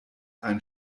ein